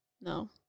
No